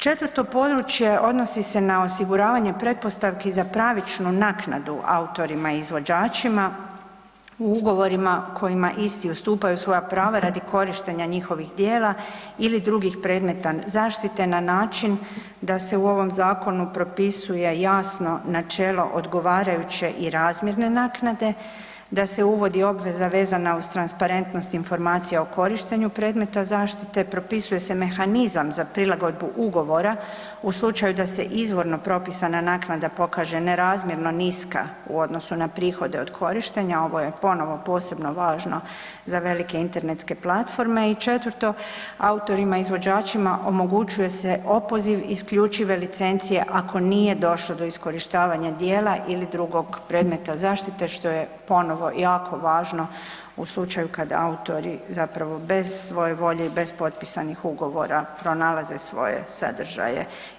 Četvrto područje odnosi se na osiguravanje pretpostavki za pravičnu naknadu autorima i izvođačima u ugovorima kojima isti ustupaju svoja prava radi korištenja njihovih djela ili drugih predmeta zaštite na način da se u ovom zakonu propisuje jasno načelo odgovarajuće i razmjerne naknade, da se uvodi obveza vezana uz transparentnost informacija o korištenju predmeta zaštite, propisuje se mehanizam za prilagodbu ugovora u slučaju da se izvorno propisana naknada pokaže nerazmjerno niska u odnosu na prihode od korištenja, ovo je ponovno posebno važno za velike internetske platforme i četvrto, autorima i izvođačima omogućuje se opoziv isključive licencije ako nije došlo do iskorištava djela ili drugog predmeta zaštite što je ponovo jako važno u slučaju kad autori zapravo bez svoje volje i potpisanih ugovora pronalaze svoje sadržaje.